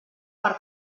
per